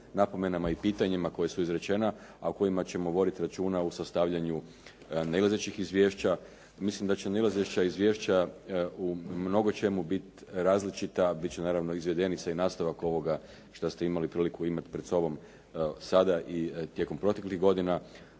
napomenama i pitanjima koja su izrečena, a o kojima ćemo voditi računa u sastavljanju nailazećih izvješća. Mislim da će nailazeća izvješća u mnogočemu biti različita, biti će naravno izvedenica i nastavak ovoga što ste imali priliku imati pred sobom sada i tijekom proteklih godina,